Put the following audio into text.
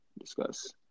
discuss